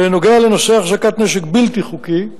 בנושא החזקת נשק בלתי חוקי,